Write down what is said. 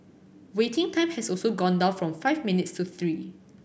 waiting time has also gone down from five minutes to three